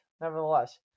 nevertheless